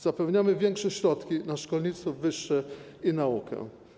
Zapewniamy większe środki na szkolnictwo wyższe i naukę.